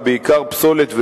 ובעיקר פסולת וביוב,